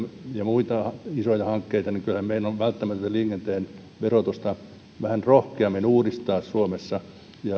ja muita isoja hankkeita rakennettua kyllähän meidän on välttämätöntä liikenteen verotusta vähän rohkeammin uudistaa suomessa